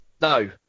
No